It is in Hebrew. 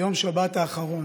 ביום שבת האחרון,